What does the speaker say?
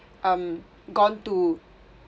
um gone to